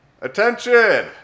Attention